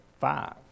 five